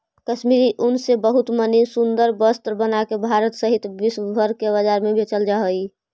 कश्मीरी ऊन से बहुत मणि सुन्दर वस्त्र बनाके भारत सहित विश्व भर के बाजार में बेचल जा हई